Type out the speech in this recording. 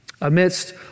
Amidst